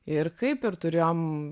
ir kaip ir turėjom